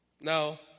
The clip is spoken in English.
Now